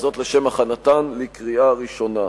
לשם הכנתן לקריאה ראשונה.